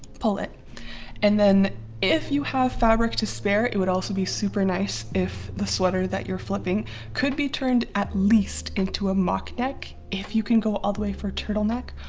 pull it and then if you have fabric to spare it would also be super nice if the sweater that you're flipping could be turned at least into a mock neck if you can go all the way for a turtleneck.